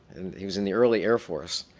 he was in the early air force.